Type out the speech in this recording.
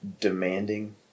demanding